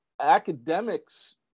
academics